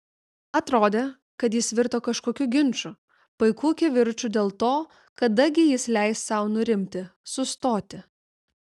atrodė kad jis virto kažkokiu ginču paiku kivirču dėl to kada gi jis leis sau nurimti sustoti